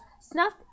Snuff